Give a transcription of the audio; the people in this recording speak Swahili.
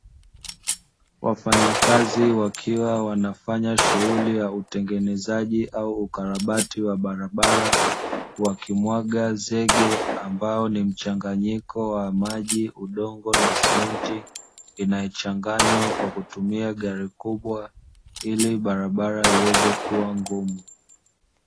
Wafanyakazi wakiwa wanafanya shughuli ya utengenezaji au ukarabati wa barabara, wakimwaga zege ambao ni mchanganyiko wa maji, udongo pamoja na simenti. Inayochanganywa kwa kutumia gari kubwa, ili barabara iweze kuwa ngumu.